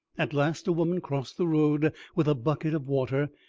at last a woman crossed the road with a bucket of water,